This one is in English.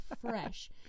fresh